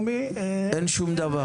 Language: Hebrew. אין שום דבר?